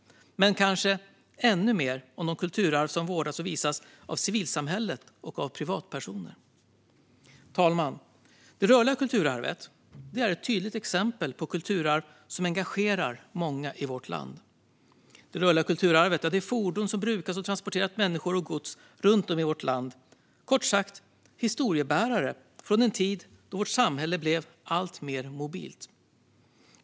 Men det handlar kanske ännu mer om de kulturarv som vårdas och visas av civilsamhället och privatpersoner. Fru talman! Det rörliga kulturarvet är ett tydligt exempel på kulturarv som engagerar många i vårt land. Det rörliga kulturarvet är fordon som brukats och transporterat människor och gods runt om i vårt land. Det är kort sagt historiebärare från en tid då vårt samhälle blev alltmer mobilt.